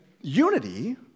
unity